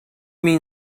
mean